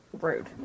Rude